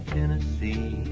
Tennessee